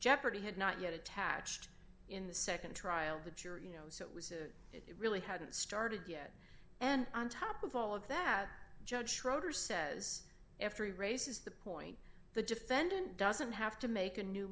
jeopardy had not yet attached in the nd trial the jury you know so it was it really hadn't started yet and on top of all of that judge schroeder says after he raises the point the defendant doesn't have to make a new